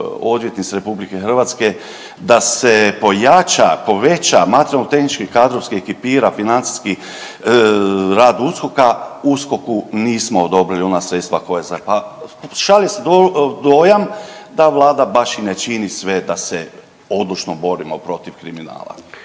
odvjetnice RH da se pojača, poveća materijalno, tehnički, kadrovski ekipira financijski rad USKOK-a, USKOK-u nismo odobrili ona sredstva koja … šalje se dojam da Vlada baš i ne čini sve da se odlučno borimo protiv kriminala.